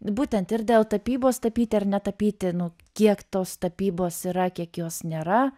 būtent ir dėl tapybos tapyti ar netapyti nu kiek tos tapybos yra kiek jos nėra